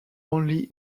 only